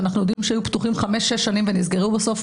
שאנחנו יודעים שהיו פתוחים חמש או שש שנים ונסגרו בסוף?